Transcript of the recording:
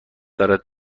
دارد